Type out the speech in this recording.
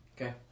Okay